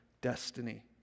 destiny